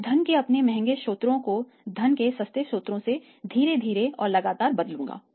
मैं धन के अपने महंगे स्रोतों को धन के सस्ते स्रोतों से धीरे धीरे और लगातार बदलूंगा